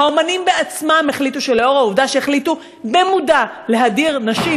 האמנים עצמם החליטו שלאור העובדה שהחליטו במודע להדיר נשים,